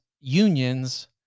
unions